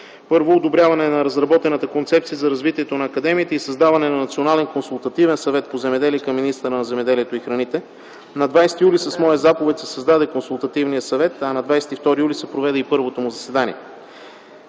още: - одобряване на разработена концепция за развитието на Академията и създаване на Национален консултативен съвет по земеделие към министъра на земеделието и храните. На 20 юли с моя заповед се създаде Консултативния съвет, а на 22 юли се проведе първото му заседание.